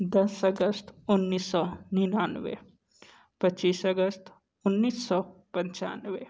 दस अगस्त उन्नीस सौ निन्यानवे पच्चीस अगस्त उन्नीस सौ पंचानवे